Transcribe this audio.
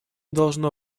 должно